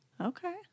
Okay